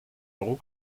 euro